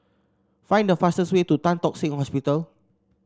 find the fastest way to Tan Tock Seng Hospital